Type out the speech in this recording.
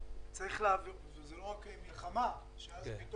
וזאת לא רק מלחמה, זה סוג